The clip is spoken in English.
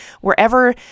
wherever